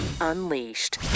Unleashed